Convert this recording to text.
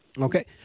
Okay